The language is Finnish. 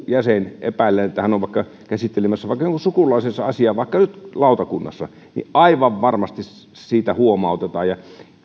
jäsen epäilee että joku on käsittelemässä jonkun sukulaisensa asiaa vaikka nyt lautakunnassa niin aivan varmasti siitä huomautetaan ja